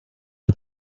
did